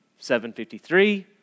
753